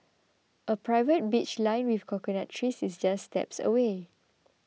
a private beach lined with coconut trees is just steps away